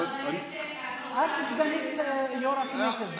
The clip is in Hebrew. את סגנית יו"ר הכנסת.